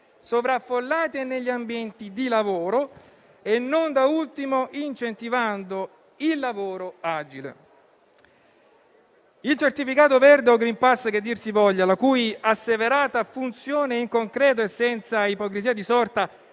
sovraffollati e negli ambienti di lavoro e, non da ultimo, incentivando il lavoro agile. Il certificato verde - o *green pass* che dir si voglia - la cui asseverata funzione, in concreto e senza ipocrisia di sorta,